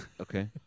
Okay